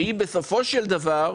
שהיא יעילה, בסופו של דבר,